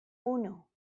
uno